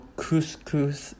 couscous